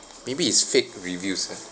maybe it's fake reviews ah